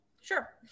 sure